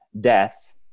death